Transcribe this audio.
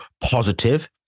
positive